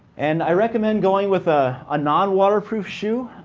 and i recommend going with a ah non waterproof shoe.